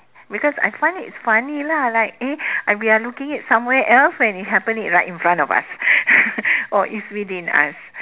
because I find it funny lah like eh and we are looking it somewhere else when it happening right in front of us or it's within us